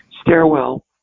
stairwell